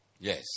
Yes